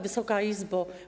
Wysoka Izbo!